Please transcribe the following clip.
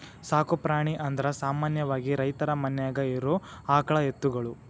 ಸಾಕು ಪ್ರಾಣಿ ಅಂದರ ಸಾಮಾನ್ಯವಾಗಿ ರೈತರ ಮನ್ಯಾಗ ಇರು ಆಕಳ ಎತ್ತುಗಳು